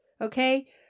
Okay